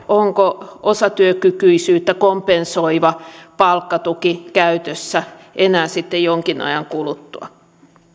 onko osatyökykyisyyttä kompensoiva palkkatuki käytössä enää sitten jonkin ajan kuluttua